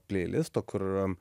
pleilisto kur